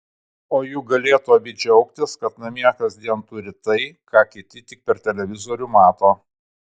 o juk galėtų abi džiaugtis kad namie kasdien turi tai ką kiti tik per televizorių mato